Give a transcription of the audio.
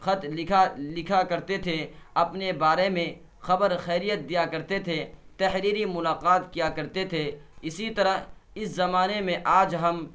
خط لکھا لکھا کرتے تھے اپنے بارے میں خبر خیریت دیا کرتے تھے تحریری ملاقات کیا کرتے تھے اسی طرح اس زمانے میں آج ہم